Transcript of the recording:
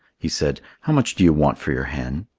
he said, how much do you want for your hen?